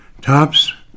tops